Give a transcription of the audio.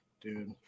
dude